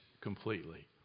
completely